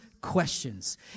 questions